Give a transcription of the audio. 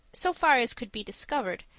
so far as could be discovered,